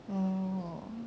orh